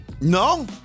No